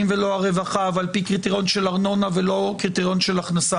ולא הרווחה ועל פי קריטריון של ארנונה ולא קריטריון של הכנסה,